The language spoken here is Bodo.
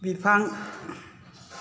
बिफां